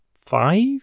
five